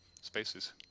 spaces